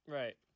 right